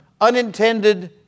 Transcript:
unintended